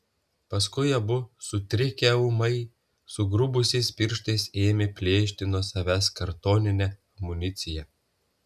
paskui abu sutrikę ūmai sugrubusiais pirštais ėmė plėšti nuo savęs kartoninę amuniciją